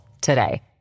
today